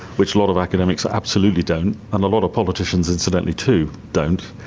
which a lot of academics absolutely don't, and a lot of politicians incidentally too don't,